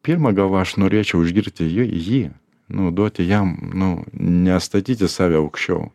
pirma aš norėčiau išgirsti ji jį nu duoti jam nu nestatyti save aukščiau